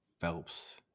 Phelps